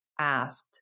asked